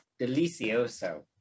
Delicioso